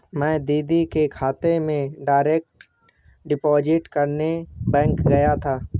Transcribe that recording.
मैं दीदी के खाते में डायरेक्ट डिपॉजिट करने बैंक गया था